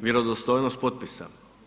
vjerodostojnost potpisa.